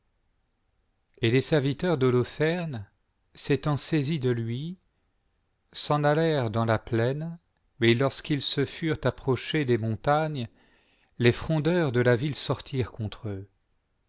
et les serviteurs d'holoferne s'étant saisis de lui s'en allèrent dans la plaine mais lorsqu'ils se furent approchés des montagnes les frondeure de la ville sortirent contre eux